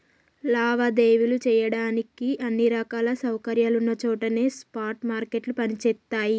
లావాదేవీలు చెయ్యడానికి అన్ని రకాల సౌకర్యాలున్న చోటనే స్పాట్ మార్కెట్లు పనిచేత్తయ్యి